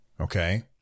Okay